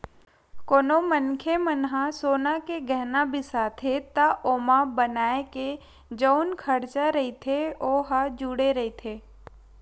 कोनो मनखे मन ह सोना के गहना बिसाथे त ओमा बनाए के जउन खरचा रहिथे ओ ह जुड़े रहिथे